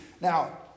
Now